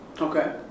Okay